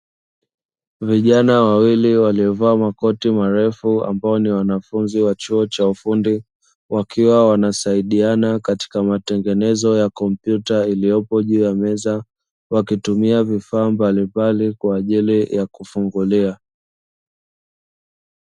Vijana wawili waliovaa makoti marefu ambao ni wanafunzi wa chuo cha ufundi, wakiwa wanasaidiana katika matengenezo ya kompyuta iliyopo juu ya meza wakitumia vifaa mbalimbali kwa ajili ya kufungulia.